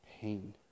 pain